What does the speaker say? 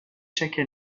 chaque